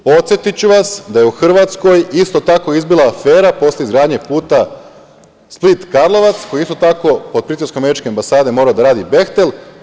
Podsetiću vas da je u Hrvatskoj isto tako izbila afera posle izgradnje puta Split – Karlovac, koji je isto tako pod pritiskom američke ambasade morao da radi „Behtel“